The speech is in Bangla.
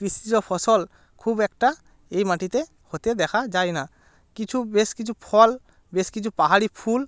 কৃষিজ ফসল খুব একটা এই মাটিতে হতে দেখা যায় না কিছু বেশ কিছু ফল বেশ কিছু পাহাড়ি ফুল